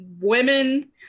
women